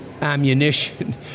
ammunition